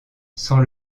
sans